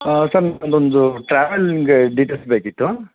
sir ನನಗೊಂದು travelling details ಬೇಕಿತ್ತು